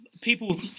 People